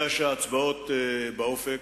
הקשישה על ערש דווי, או טיפול רפואי,